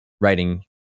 writing